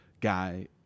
guy